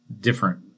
different